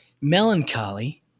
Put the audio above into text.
melancholy